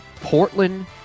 Portland